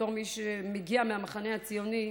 בתור מי שמגיע מהמחנה הציוני,